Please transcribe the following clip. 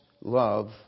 love